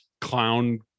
clown